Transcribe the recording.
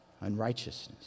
unrighteousness